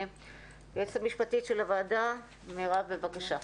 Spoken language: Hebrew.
היועצת המשפטית של הוועדה, מירב, בבקשה.